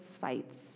fights